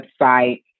website